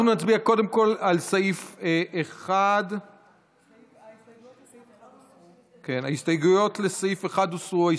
אנחנו נצביע קודם כול על סעיף 1. ההסתייגויות לסעיף 1 הוסרו.